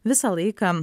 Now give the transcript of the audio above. visą laiką